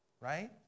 Right